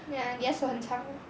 ya 你的手很长 mah